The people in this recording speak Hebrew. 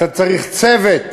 אתה צריך צוות